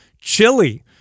Chili